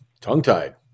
tongue-tied